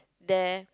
there